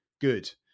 good